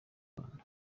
rwanda